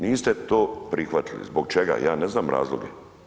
Niste to prihvatili, zbog čega, ja ne znam razloge.